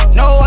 no